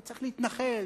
צריך להתנחל,